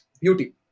beauty